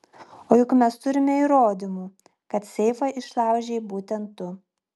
o juk mes turime įrodymų kad seifą išlaužei būtent tu